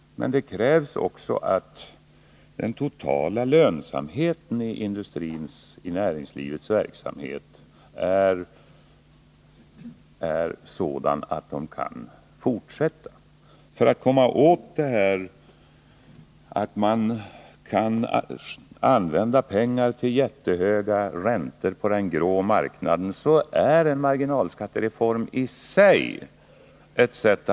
Men då krävs det också att den totala lönsamheten i industrins och näringslivets verksamhet är sådan att företagen kan fortsätta. För att komma åt problemet med att man sätter in pengar till jättehöga räntor på den grå marknaden är en marginalskattereform i sig ett sätt.